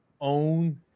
own